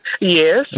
Yes